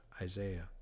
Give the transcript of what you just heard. Isaiah